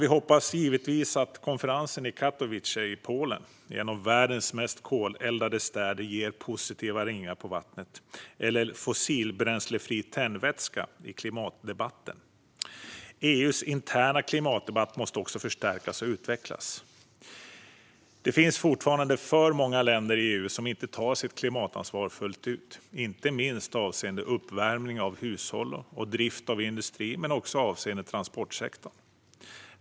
Vi hoppas givetvis att konferensen i den polska staden Katowice, en av världens mest koleldade städer, ger positiva ringar på vattnet eller fossilbränslefri tändvätska i klimatdebatten. EU:s interna klimatdebatt måste också förstärkas och utvecklas. Det finns fortfarande för många länder i EU som inte tar sitt klimatansvar fullt ut, inte minst avseende uppvärmning av hushåll och drift av industri men också avseende transportsektorn.